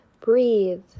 breathe